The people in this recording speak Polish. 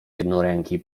jednoręki